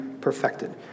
perfected